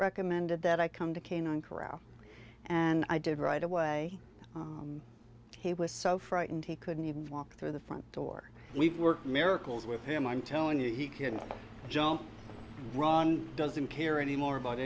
recommended that i come to canaan corral and i did right away he was so frightened he couldn't even walk through the front door we worked miracles with him i'm telling you he can jump run doesn't care anymore about